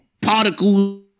particles